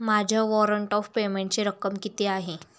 माझ्या warrant of पेमेंटची रक्कम किती आहे?